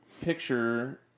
picture